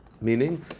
Meaning